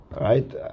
right